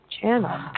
channel